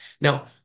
Now